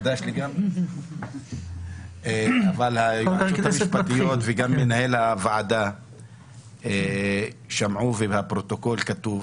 חזיתי, מתממש, ועל אף שאז היו כאלה שאמרו: